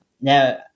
Now